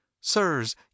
Sirs